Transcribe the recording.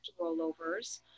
rollovers